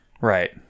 Right